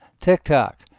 TikTok